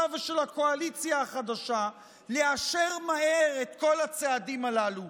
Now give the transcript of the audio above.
ושל הקואליציה החדשה לאשר מהר את כל הצעדים הללו,